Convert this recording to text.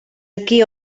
aquí